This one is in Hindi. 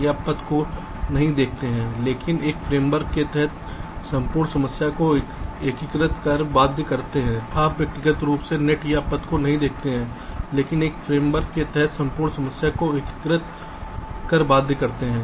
और तीसरा एक एकीकृत किया जा सकता है आप व्यक्तिगत रूप से नेट या पथ को नहीं देखते हैं लेकिन एक फ्रेमवर्क के तहत संपूर्ण समस्या को एकीकृत कर बाध्य करते हैं